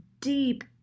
deep